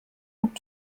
und